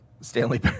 stanley